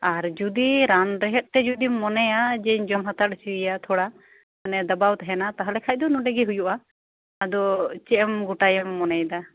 ᱟᱨ ᱡᱩᱫᱤ ᱨᱟᱱ ᱨᱮᱦᱮᱫᱛᱮ ᱡᱩᱫᱤ ᱢᱚᱱᱮᱭᱟ ᱡᱮ ᱤᱧ ᱡᱚᱢ ᱦᱟᱛᱟᱲ ᱚᱪᱚᱭᱮᱭᱟ ᱛᱷᱚᱲᱟ ᱫᱟᱵᱟᱣ ᱛᱟᱦᱮᱱᱟ ᱛᱟᱦᱚᱞᱮ ᱠᱷᱟᱱ ᱫᱚ ᱱᱚᱰᱮ ᱜᱮ ᱦᱩᱭᱩᱜᱼᱟ ᱟᱫᱚ ᱪᱮᱫ ᱮᱢ ᱜᱚᱴᱟᱭᱮᱢ ᱢᱚᱱᱮᱭᱮᱫᱟ